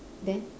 then